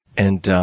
and,